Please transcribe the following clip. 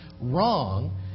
wrong